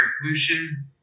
pollution